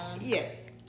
Yes